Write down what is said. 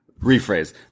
rephrase